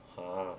!huh!